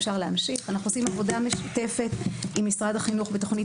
אנחנו עושים עבודה משותפת עם משרד החינוך בתוכנית